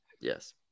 yes